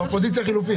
אתה אופוזיציה חלופית.